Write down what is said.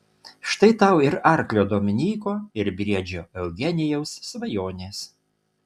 štai tau ir arklio dominyko ir briedžio eugenijaus svajonės